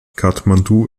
kathmandu